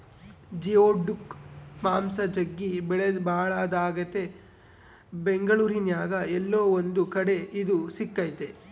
geoduck ಮಾಂಸ ಜಗ್ಗಿ ಬೆಲೆಬಾಳದಾಗೆತೆ ಬೆಂಗಳೂರಿನ್ಯಾಗ ಏಲ್ಲೊ ಒಂದು ಕಡೆ ಇದು ಸಿಕ್ತತೆ